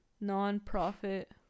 non-profit